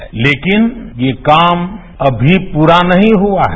तेकिन ये काम अनी पूरा नहीं हुआ है